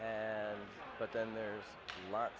and but then there's a lot